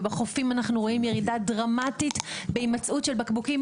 ובחופים אנחנו רואים ירידה דרמטית בהימצאות של בקבוקים,